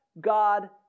God